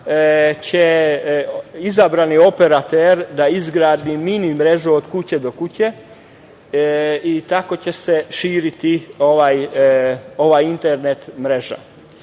će izabrani operater da izgradi mini mrežu od kuće do kuće i tako će se širiti ova internet mreža.U